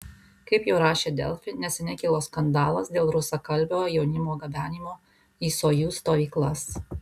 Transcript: kaip jau rašė delfi neseniai kilo skandalas dėl rusakalbio jaunimo gabenimo į sojuz stovyklas